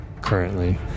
currently